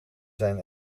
zijn